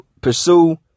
Pursue